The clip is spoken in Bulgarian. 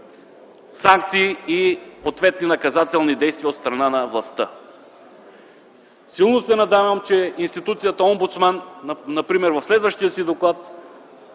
санкции и ответни наказателни действия от страна на властта. Силно се надявам, че институцията омбудсман в следващия си доклад,